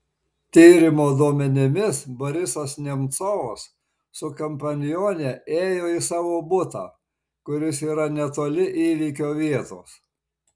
tyrimo duomenimis borisas nemcovas su kompanione ėjo į savo butą kuris yra netoli įvykio vietos